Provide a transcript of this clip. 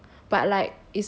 so ya lor then 就这样